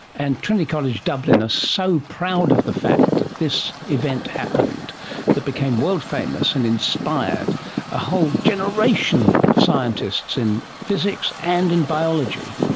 and trinity college dublin are ah so proud of the fact that this event happened that became world famous and inspired a whole generation of scientists in physics and in biology.